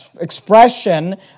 expression